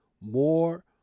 more